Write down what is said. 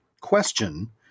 question